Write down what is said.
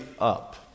up